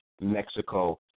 Mexico